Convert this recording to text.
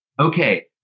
okay